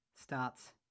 starts